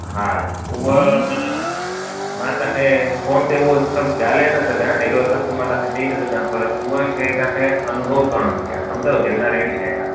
हा उहो मना मां तव्हांखे फ़ोन ते उहो सभु ॻाल्हाए न सघां हेॾो सभु मां तव्हांखे चई नथो सघां पर उहा शइ तव्हांखे अनुभव करण जी आहे समधवि गिरनार जी शइ आहे